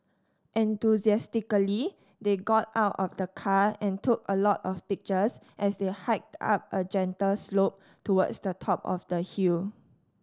enthusiastically they got out of the car and took a lot of pictures as they hiked up a gentle slope towards the top of the hill